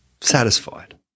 satisfied